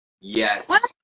Yes